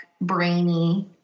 brainy